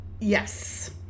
Yes